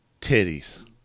titties